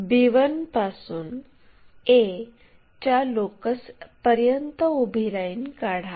b1 पासून a च्या locus पर्यंत उभी लाईन काढा